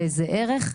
וזה ערך,